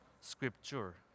scripture